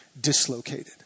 dislocated